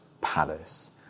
palace